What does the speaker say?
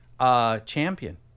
champion